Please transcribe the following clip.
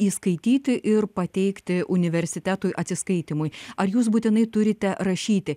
įskaityti ir pateikti universitetui atsiskaitymui ar jūs būtinai turite rašyti